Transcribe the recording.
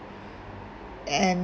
and